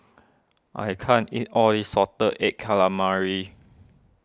I can't eat all of this Salted Egg Calamari